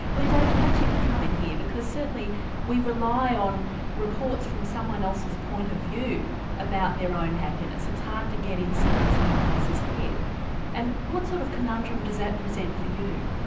and david, perhaps you can come in here, because certainly we rely on reports from someone else's point of view about their own happiness. it's hard to get inside someone else's head and what sort of conundrum does that present for you?